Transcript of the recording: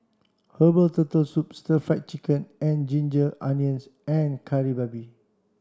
Herbal Turtle Soup Stir Fried Chicken and Ginger Onions and Kari Babi